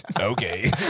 okay